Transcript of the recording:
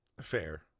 Fair